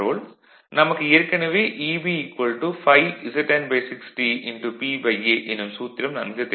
நமக்கு ஏற்கனவே Eb ∅Zn 60 P A என்னும் சூத்திரம் நன்கு தெரியும்